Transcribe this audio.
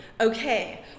Okay